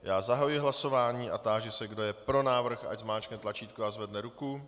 Já zahajuji hlasování a táži se, kdo je pro návrh, ať zmáčkne tlačítko a zvedne ruku.